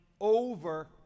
over